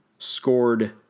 Scored